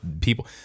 People